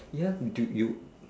ya we do you